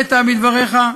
שהעלית בדבריך,